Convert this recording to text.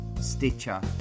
Stitcher